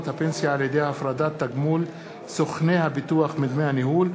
הפנסיה על-ידי הפרדת תגמול סוכני הביטוח מדמי הניהול.